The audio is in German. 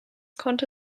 konnte